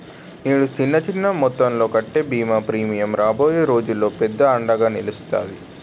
నేడు చిన్న చిన్న మొత్తంలో కట్టే బీమా ప్రీమియం రాబోయే రోజులకు పెద్ద అండగా నిలుస్తాది